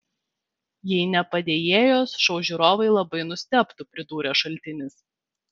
jei ne padėjėjos šou žiūrovai labai nustebtų pridūrė šaltinis